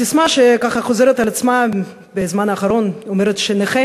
הססמה שככה חוזרת על עצמה בזמן האחרון אומרת שנכה